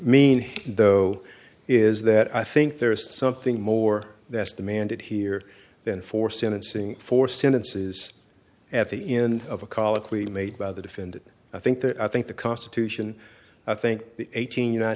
mean though is that i think there is something more that's demanded here than for sentencing for sentences at the end of a colloquy made by the defendant i think that i think the constitution i think eighteen united